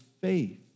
faith